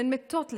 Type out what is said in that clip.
והן מתות לאט,